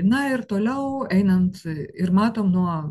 na ir toliau einant ir matom nuo